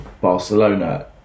Barcelona